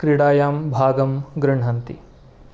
क्रीडायां भागं गृह्णन्ति